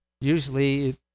Usually